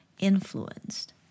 influenced